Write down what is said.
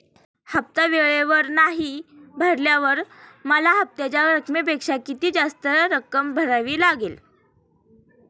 हफ्ता वेळेवर नाही भरल्यावर मला हप्त्याच्या रकमेपेक्षा किती जास्त रक्कम भरावी लागेल?